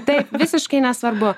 taip visiškai nesvarbu